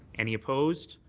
any opposed?